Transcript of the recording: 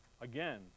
Again